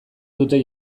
dute